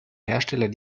hersteller